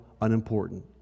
unimportant